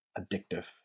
addictive